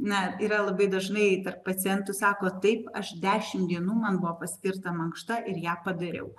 na yra labai dažnai tarp pacientų sako taip aš dešimt dienų man buvo paskirta mankšta ir ją padariau